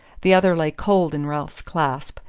the other lay cold in ralph's clasp,